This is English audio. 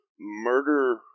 murder